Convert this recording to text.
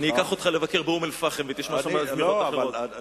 אני אקח אותך לבקר באום-אל-פחם ותשמע שם זמירות אחרות.